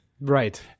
Right